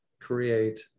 create